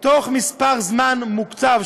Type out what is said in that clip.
תוך זמן מוקצב,